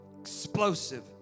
explosive